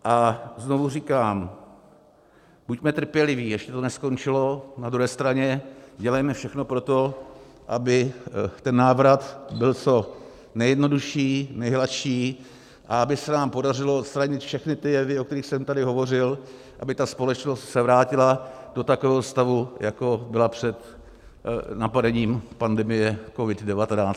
A znovu říkám, buďme trpěliví, ještě to neskončilo, na druhé straně dělejme všechno pro to, aby ten návrat byl co nejjednodušší, nejhladší, a aby se nám podařilo odstranit všechny ty jevy, o kterých jsem tady hovořil, aby ta společnost se vrátila do takového stavu, jako byla před napadením pandemií COVID19.